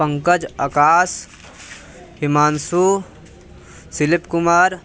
पंकज आकाश हिमांशु सिलिप कुमार